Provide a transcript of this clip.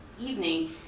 Evening